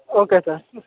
okay sir